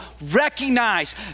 recognize